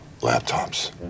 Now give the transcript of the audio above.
laptops